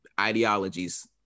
ideologies